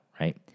right